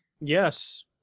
Yes